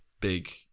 big